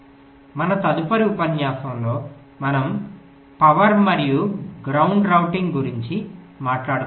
మన తదుపరి ఉపన్యాసంలో మనం శక్తి మరియు గ్రౌండ్ రౌటింగ్ గురించి మాట్లాడుకుంటాము